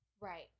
right